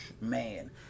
man